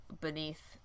beneath